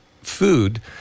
food